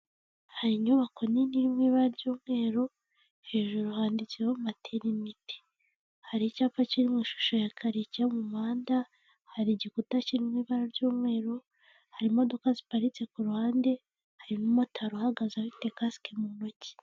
Hari inyubako nini iri mu ry'umweru, hejuru handitseho materinete, hari icyapa kiri mu ishusho ya kare cyo mu muhanda, hari igikuta kiri mu ibara ry'umweru, hari imodoka ziparitse ku ruhande, hari n'umumotari uhagaze afite kasike mu ntoki.